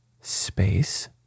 space